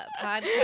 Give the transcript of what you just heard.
podcast